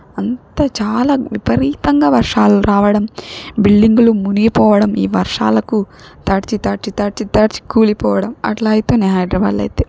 అంత చాలా విపరీతంగా వర్షాలు రావడం బిల్డింగ్లు మునిగిపోవడం ఈ వర్షాలకు తడిచి తడిచి తడిచి తడిచి కూలిపోవడం అట్లా అయితున్నాయి హైదరాబాద్లో అయితే